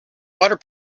water